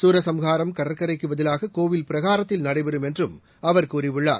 சூரசம்ஹாரம் கடற்கரைக்கு பதிலாக கோவில் பிரகாரத்தில் நடைபெறும் என்றும் அவர் கூறியுள்ளார்